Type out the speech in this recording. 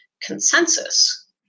consensus